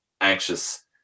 anxious